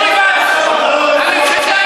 הממשלה אתו,